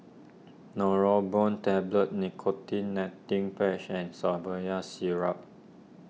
Neurobion Tablets Nicotine Patch and Syrup